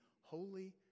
holy